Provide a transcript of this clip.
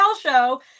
show